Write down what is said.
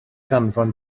danfon